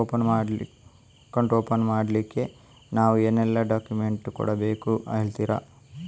Account open ಮಾಡ್ಲಿಕ್ಕೆ ನಾವು ಏನೆಲ್ಲ ಡಾಕ್ಯುಮೆಂಟ್ ಕೊಡಬೇಕೆಂದು ಹೇಳ್ತಿರಾ?